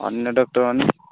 ଅନ୍ୟ ଡ଼କ୍ଟର୍ମାନେ